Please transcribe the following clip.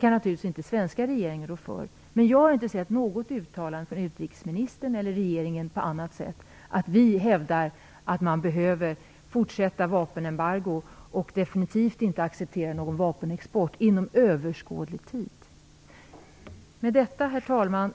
kan naturligtvis inte svenska regeringen rå för det. Men jag har inte sett något uttalande från utrikesmininstern eller regeringen om att vi hävdar att man behöver fortsätta vapenembargot och definitivt inte kan acceptera någon vapenexport inom överskådlig tid. Herr talman!